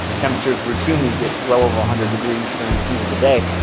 temperatures routinely get well over a hundred degrees during the heat of the day.